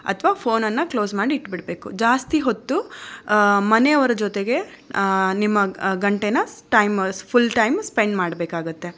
ಅಥವಾ ಫೋನನ್ನು ಕ್ಲೋಸ್ ಮಾಡಿ ಇಟ್ಟುಬಿಡ್ಬೇಕು ಜಾಸ್ತಿ ಹೊತ್ತು ಮನೆಯವರ ಜೊತೆಗೆ ನಿಮ್ಮ ಗಂಟೆನ ಟೈಮ್ ಫುಲ್ ಟೈಮ್ ಸ್ಪೆಂಡ್ ಮಾಡ್ಬೇಕಾಗುತ್ತೆ